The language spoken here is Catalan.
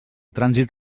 trànsit